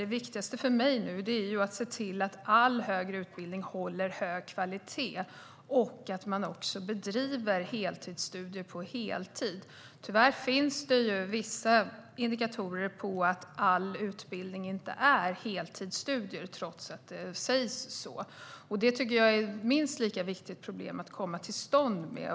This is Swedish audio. Det viktigaste för mig är att se till att all högre utbildning håller hög kvalitet och att man bedriver heltidsstudier på heltid. Tyvärr finns det vissa indikatorer på att all utbildning inte är heltidsstudier trots att det sägs så. Det är ett minst lika stort problem att få bukt med.